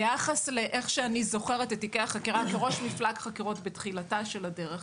ביחס לאיך שאני זוכרת את תיקי החקירה כראש מפלג חקירות בתחילתה של הדרך.